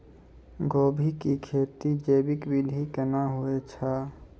गोभी की खेती जैविक विधि केना हुए छ?